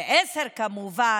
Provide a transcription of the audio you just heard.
10. כמובן,